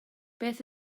beth